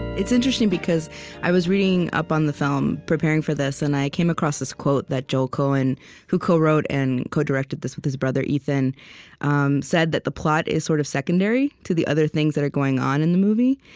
it's interesting, because i was reading up on the film preparing for this, and i came across this quote that joel coen who co-wrote and co-directed this with his brother, ethan um said that the plot is sort of secondary to the other things that are going on in the movie.